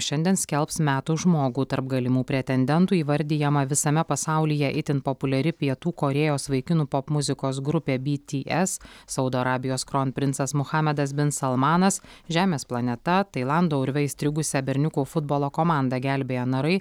šiandien skelbs metų žmogų tarp galimų pretendentų įvardijama visame pasaulyje itin populiari pietų korėjos vaikinų popmuzikos grupė bts saudo arabijos kronprincas muhamedas bin salmanas žemės planeta tailando urve įstrigusią berniukų futbolo komandą gelbėję narai